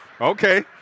okay